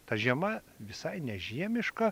ta žiema visai nežiemiška